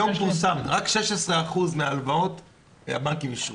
היום פורסם: רק 16% מן ההלוואות הבנקים אישרו.